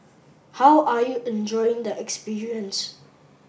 how are you enjoying the experience